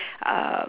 um